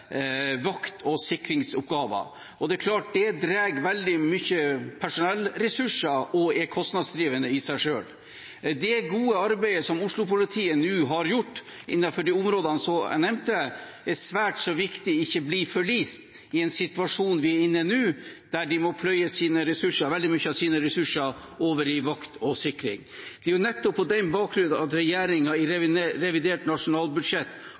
vakt- og sikringsoppgaver. Det er klart at det drar veldig store personellressurser og er kostnadsdrivende i seg selv. Det gode arbeidet som Oslo-politiet nå har gjort innenfor de områdene som jeg nevnte, er det svært så viktig ikke blir forlist i den situasjonen vi er inne i nå, der de må pløye veldig mye av sine ressurser over i vakt og sikring. Det er nettopp på den bakgrunn regjeringen i revidert nasjonalbudsjett